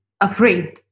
afraid